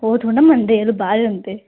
ओह् थोह्ड़ा न मन्नदे जेल्लै बाह्र जंदे